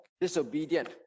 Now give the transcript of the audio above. disobedient